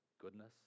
goodness